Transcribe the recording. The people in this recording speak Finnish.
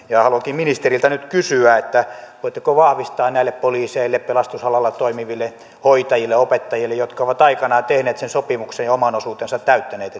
ja haluankin ministeriltä nyt kysyä voitteko vahvistaa näille poliiseille pelastusalalla toimiville hoitajille opettajille jotka ovat aikoinaan tehneet sen sopimuksen ja oman osuutensa täyttäneet